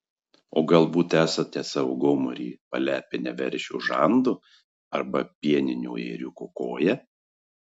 o galbūt esate savo gomurį palepinę veršio žandu arba pieninio ėriuko koja